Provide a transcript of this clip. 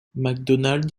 macdonald